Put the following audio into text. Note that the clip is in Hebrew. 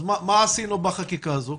אז מה עשינו בחקיקה הזו?